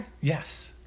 Yes